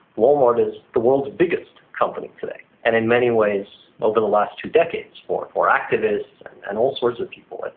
walmart is the world's biggest company today, and in many ways over the last two decades for for activists and all sorts of people,